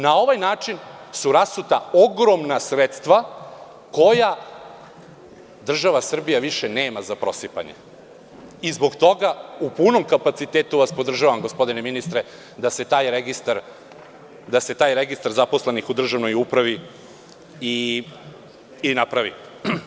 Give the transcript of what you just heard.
Na ovaj način su rasuta ogromna sredstva koja država Srbija više nema za prosipanje i zbog toga u punom kapacitetu vas podržavam, gospodine ministre, da se taj registar zaposlenih u državnoj upravi i napravi.